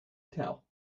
tell